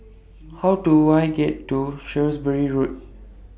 How Do I get to Shrewsbury Road